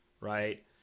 right